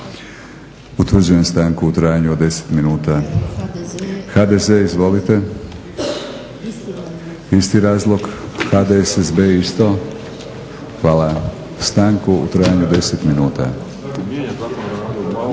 Utvrđujem stanku u trajanju od 10 minuta. HDZ izvolite. Isti razlog. HDSSB isto. Hvala. Stanka u trajanju od 10 minuta.